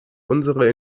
unsere